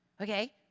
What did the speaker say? okay